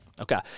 okay